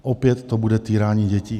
Opět to bude týrání dětí.